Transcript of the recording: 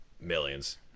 Millions